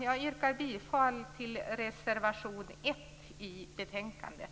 Jag yrkar bifall till reservation 1 till betänkandet.